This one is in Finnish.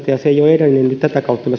se ei ole edennyt niin että tätä kautta me